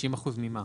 50% ממה?